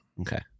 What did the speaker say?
Okay